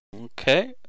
Okay